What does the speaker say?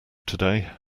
today